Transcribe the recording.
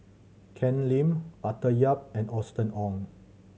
Ken Lim Arthur Yap and Austen Ong